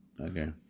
Okay